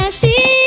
see